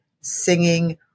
singing